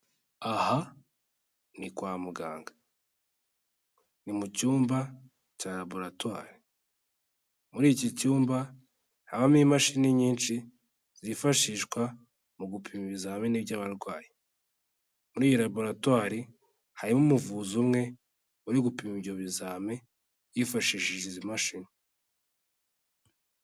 Aha ni kwa muganga, ni mu cyumba cya laboratwari, muri iki cyumba habamo imashini nyinshi zifashishwa mu gupima ibizamini by'abarwayi, muri iyi laboratwari harimo umuvuzi umwe uri gupima ibyo bizame yifashishije izi mashini.